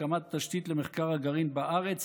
הקמת תשתית למחקר הגרעין בארץ,